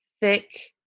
thick